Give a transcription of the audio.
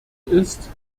ist